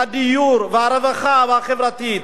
הדיור והרווחה החברתית.